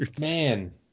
Man